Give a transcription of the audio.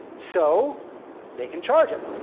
so they can charge it.